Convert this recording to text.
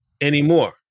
anymore